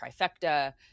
trifecta